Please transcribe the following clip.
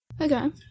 Okay